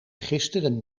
gisteren